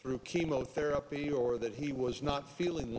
through chemotherapy or that he was not feeling